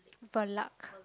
Valac